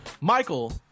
Michael